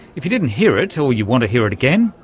if you didn't hear it or you want to hear it again,